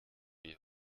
die